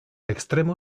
extremo